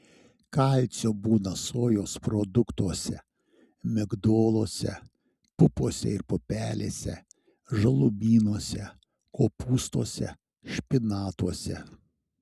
kalcio būna sojos produktuose migdoluose pupose ir pupelėse žalumynuose kopūstuose špinatuose